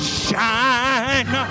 shine